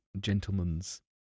gentlemen's